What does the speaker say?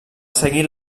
seguir